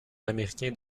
américains